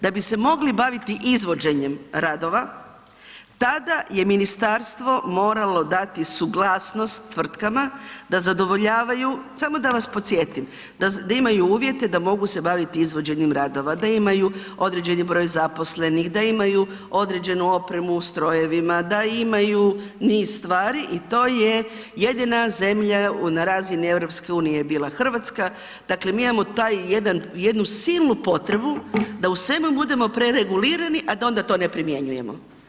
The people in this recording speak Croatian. Da bi se mogli baviti izvođenjem radova, tada je ministarstvo morali dati suglasnost tvrtkama da zadovoljavaju, samo da vas podsjetim, da imaju uvjete da mogu se baviti izvođenjem radova, da imaju određeni broj zaposlenih, da imaju određenu opremu u strojevima, da imaju niz stvari i to je jedina zemlja, na razini EU-a je bila Hrvatska, dakle mi imamo jednu silnu potrebu da u svemu budemo preregulirani a da onda to ne primjenjujemo.